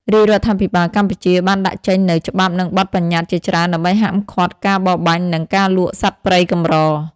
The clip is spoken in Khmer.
រាជរដ្ឋាភិបាលកម្ពុជាបានដាក់ចេញនូវ ច្បាប់និងបទបញ្ញត្តិជាច្រើនដើម្បីហាមឃាត់ការបរបាញ់ និងការលក់សត្វព្រៃកម្រ។